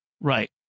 Right